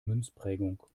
münzprägung